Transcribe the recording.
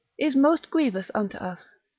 is most grievous unto us,